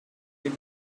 your